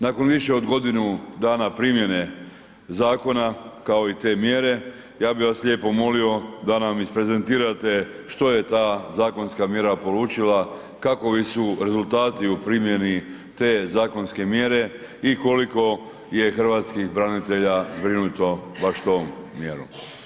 Nakon više od godinu dana primjene zakona kao i te mjere ja bih vas lijepo molio da nam isprezentirate što je ta zakonska mjera polučila, kakvi su rezultati u primjeni te zakonske mjere i koliko je hrvatskih branitelja zbrinuto baš tom mjerom?